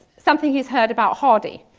something he's heard about hardy.